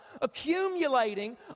accumulating